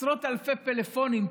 עשרות אלפי פלאפונים,